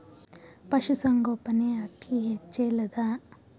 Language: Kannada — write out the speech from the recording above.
ಪಶುಸಂಗೋಪನೆ ಅಕ್ಕಿ ಹೆಚ್ಚೆಲದಾ?